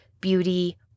beauty